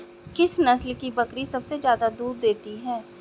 किस नस्ल की बकरी सबसे ज्यादा दूध देती है?